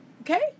Okay